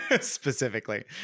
specifically